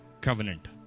covenant